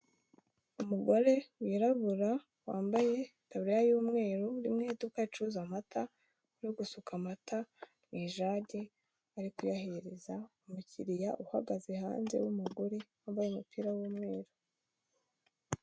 Umugore wirabura, wambaye itaburiya y'umweru, uri mu iduka ricuza amata, uri gusuka amata mu ijage, ari kuyahereza umukiriya uhagaze hanze w'umugore, wambaye umupira w'umweru.